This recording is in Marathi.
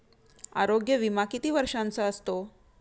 आरोग्य विमा किती वर्षांचा असतो?